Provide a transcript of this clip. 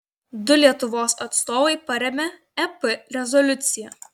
du lietuvos atstovai parėmė ep rezoliuciją